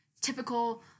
typical